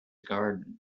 garden